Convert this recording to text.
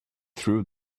threw